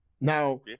Now